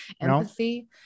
empathy